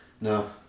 No